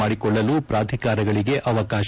ಮಾಡಿಕೊಳ್ಳಲು ಪ್ರಾಧಿಕಾರಗಳಿಗೆ ಅವಕಾಶ